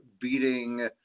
beating